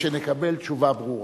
שנקבל תשובה ברורה.